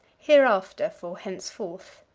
hereafter for henceforth.